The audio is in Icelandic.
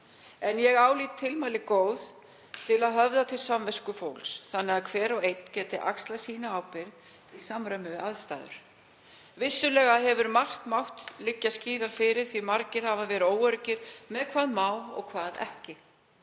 Ég álít tilmæli góð til að höfða til samvisku fólks þannig að hver og einn geti axlað sína ábyrgð í samræmi við aðstæður. Vissulega hefur margt mátt liggja skýrar fyrir. Margir hafa verið óöruggir með hvað má og hvað ekki.